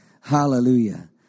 Hallelujah